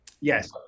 Yes